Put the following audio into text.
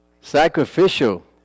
Sacrificial